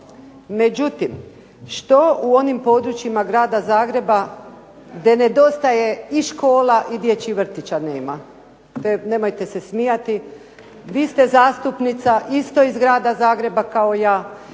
Međutim, što u onim područjima grada Zagreba gdje nedostaje i škola i dječjih vrtića nema. Nemojte se smijati, vi ste zastupnica isto iz Grada Zagreba kao i